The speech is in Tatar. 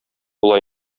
була